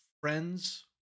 friends